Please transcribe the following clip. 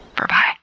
berbye.